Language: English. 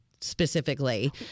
specifically